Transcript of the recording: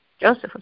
Joseph